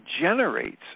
generates